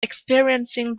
experiencing